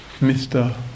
Mr